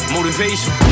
Motivation